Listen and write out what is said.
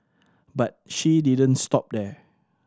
but she didn't stop there